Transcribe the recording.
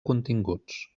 continguts